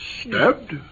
Stabbed